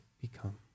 become